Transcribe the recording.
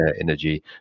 Energy